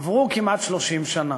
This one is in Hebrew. עברו כמעט 30 שנה,